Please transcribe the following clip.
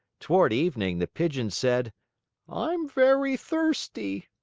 toward evening the pigeon said i'm very thirsty!